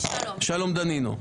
שלום דנינו.